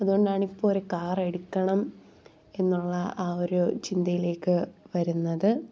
അതുകൊണ്ടാണിപ്പം ഒരു കാറെടുക്കണം എന്നുള്ള ആ ഒരു ചിന്തയിലേക്ക് വരുന്നത്